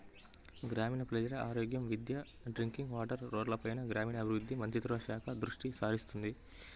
గ్రామీణ ప్రజల ఆరోగ్యం, విద్య, డ్రింకింగ్ వాటర్, రోడ్లపైన గ్రామీణాభివృద్ధి మంత్రిత్వ శాఖ దృష్టిసారిస్తుంది